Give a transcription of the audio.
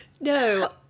No